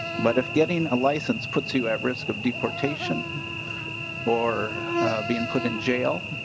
but if getting a license put you at risk of deportation or been put in jail